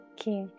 Okay